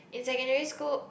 in secondary school